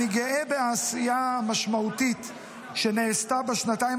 אני גאה בעשייה המשמעותית שנעשתה בשנתיים